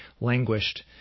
languished